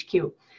HQ